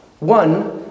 One